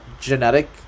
genetic